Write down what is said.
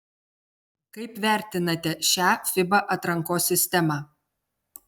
kaip vertinate šią fiba atrankos sistemą